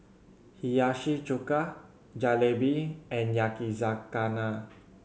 Hiyashi Chuka Jalebi and Yakizakana